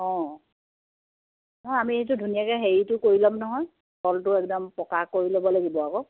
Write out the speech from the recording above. অঁ অঁ আমি এইটো ধুনীয়াকে হেৰিটো কৰি ল'ম নহয় তলটো একদম পকা কৰি ল'ব লাগিব আকৌ